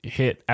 hit